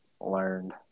learned